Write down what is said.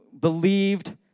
believed